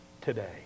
today